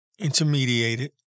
intermediated